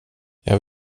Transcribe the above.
jag